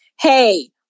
Hey